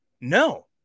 No